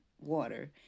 water